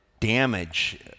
damage